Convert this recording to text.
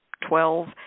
twelve